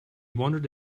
wondered